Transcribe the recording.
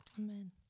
Amen